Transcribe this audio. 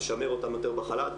נשמר אותם יותר בחל"ת,